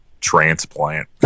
transplant